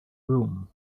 room